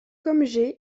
comme